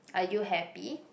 are you happy